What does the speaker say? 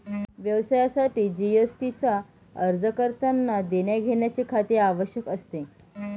व्यवसायासाठी जी.एस.टी चा अर्ज करतांना देण्याघेण्याचे खाते आवश्यक असते